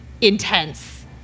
intense